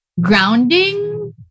grounding